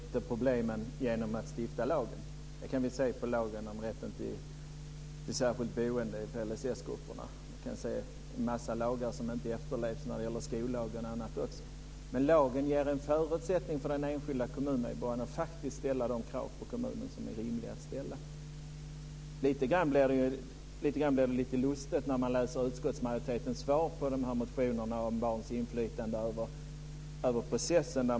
Fru talman! Naturligtvis löser vi inte problemen genom att stifta lagar. Det kan vi se på lagen om rätten till särskilt boende för LSS-grupperna. Vi kan också se en massa lagar som inte efterlevs när det gäller skollagarna. Men lagen ger en förutsättning för den enskilda kommunmedborgaren att faktiskt ställa de krav på kommunen som är rimliga att ställa. Det blir lite lustigt när man läser utskottsmajoritetens svar på motionerna om barns inflytande över processen.